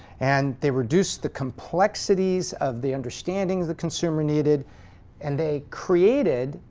and they reduced the complexities of the understanding the consumer needed and they created,